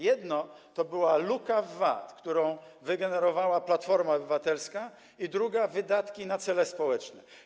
Jedno dotyczyło luki w VAT, którą wygenerowała Platforma Obywatelska, a drugie - wydatków na cele społeczne.